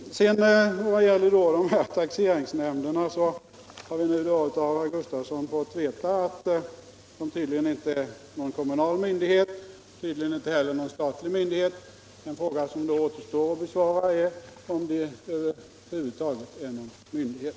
Vad gäller taxeringsnämnden har vi nu fått veta av herr Gustafsson i Ronneby att den inte är någon kommunal myndighet. Tydligen är den inte heller någon statlig myndighet. En fråga som återstår att besvara är då om den över huvud taget är någon myndighet.